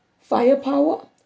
firepower